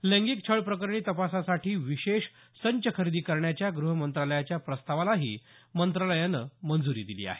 लैंगिक छळप्रकरणी तपासासाठी विशेष संच खरेदी करण्याच्या गृह मंत्रालयाच्या प्रस्तावालाही मंत्रालयानं मंजुरी दिली आहे